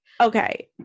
okay